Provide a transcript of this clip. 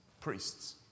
priests